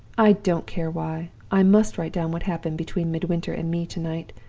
i don't care why! i must write down what happened between midwinter and me to-night,